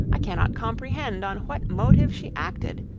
i cannot comprehend on what motive she acted,